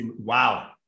Wow